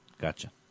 Gotcha